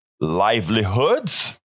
livelihoods